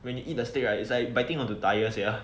when you eat the steak right it's like biting on to tire sia